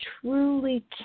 truly